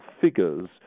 figures